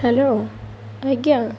hello ଆଜ୍ଞା